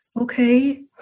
okay